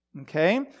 okay